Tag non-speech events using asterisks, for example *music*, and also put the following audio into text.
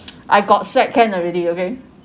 *breath* I got second already okay